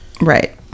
right